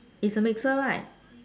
it's a mixer right